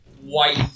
white